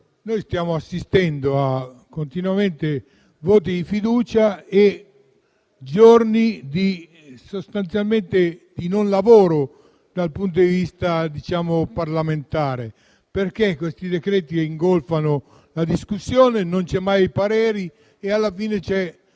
Noi stiamo assistendo a continui voti di fiducia e a giorni di non lavoro dal punto di vista parlamentare, perché sui decreti che ingolfano la discussione non ci sono mai i pareri e alla fine si